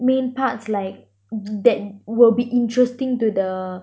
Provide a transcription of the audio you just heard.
main parts like that will be interesting to the